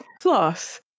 Plus